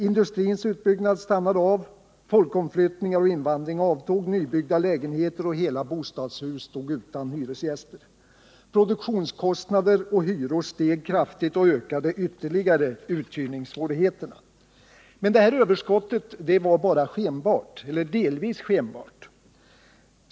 Industrins utbyggnad stannade av, folkomflyttningar och invandring avtog, nybyggda lägenheter och hela bostadshus stod utan hyresgäster. Produktionskostnader och hyror steg kraftigt och ökade ytterligare uthyrningssvårigheterna. Men detta överskott var delvis skenbart.